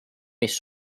mis